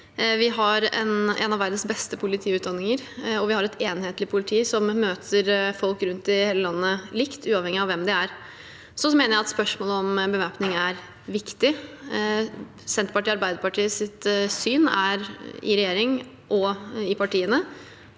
Vi har en av verdens beste politiutdanninger, og vi har et enhetlig politi som møter folk rundt i hele landet likt, uavhengig av hvem de er. Så mener jeg at spørsmålet om bevæpning er viktig. Senterpartiets og Arbeiderpartiets syn er – i regjering og i partiene